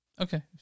Okay